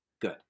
good